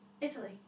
Italy